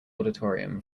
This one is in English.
auditorium